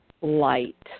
light